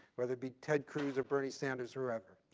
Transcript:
whether it be ted cruz or bernie sanders whoever.